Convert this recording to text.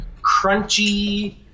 crunchy